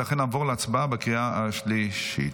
נעבור להצבעה בקריאה השלישית.